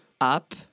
Up